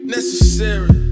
Necessary